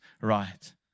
right